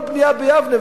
כל בנייה ביבנה,